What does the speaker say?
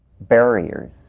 barriers